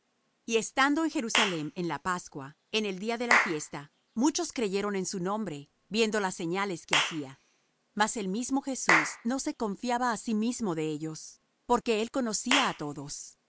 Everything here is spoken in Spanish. y estando en jerusalem en la pascua en el día de la fiesta muchos creyeron en su nombre viendo las señales que hacía mas el mismo jesús no se confiaba á sí mismo de ellos porque él conocía á todos